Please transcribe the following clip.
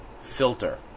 filter